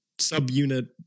subunit